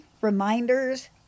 reminders